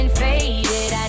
faded